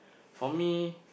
for me